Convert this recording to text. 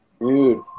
Dude